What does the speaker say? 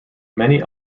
many